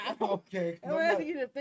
Okay